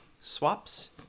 swaps